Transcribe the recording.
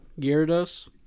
Gyarados